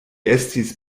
estis